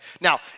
now